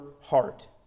heart